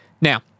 Now